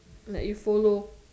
like you follow